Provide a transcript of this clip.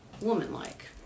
woman-like